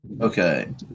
Okay